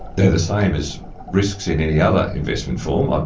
they're the same as risks in any other investment form. ah